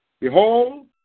Behold